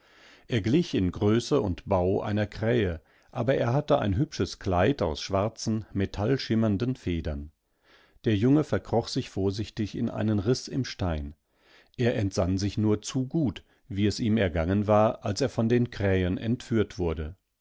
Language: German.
er glich in größe und bau einer krähe aber er hatte ein hübsches kleid aus schwarzen metallschimmernden federn der junge verkroch sich vorsichtig ineinenrißimstein erentsannsichnurzugut wieesihmergangenwar als er von den krähen entführt wurde